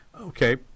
Okay